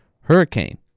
Hurricane